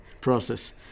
process